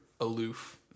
aloof